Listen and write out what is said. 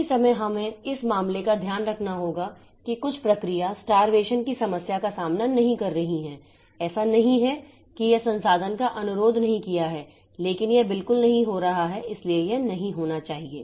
उसी समय हमें इस मामले का ध्यान रखना होगा कि कुछ प्रक्रिया स्टारवेशन की समस्या का सामना नहीं कर रही है ऐसा नहीं है कि यह संसाधन का अनुरोध नहीं किया है लेकिन यह बिल्कुल नहीं हो रहा है इसलिए यह नहीं होना चाहिए